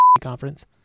conference